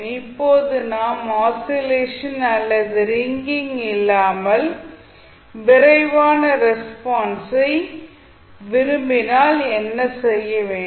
இப்போது நாம் ஆசிலேஷன் அல்லது ரிங்கிங் இல்லாமல் விரைவான ரெஸ்பான்ஸை விரும்பினால் என்ன செய்ய வேண்டும்